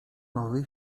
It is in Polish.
nowy